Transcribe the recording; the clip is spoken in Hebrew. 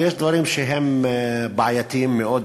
ויש דברים שהם בעייתיים מאוד,